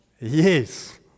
Yes